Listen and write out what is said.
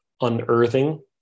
unearthing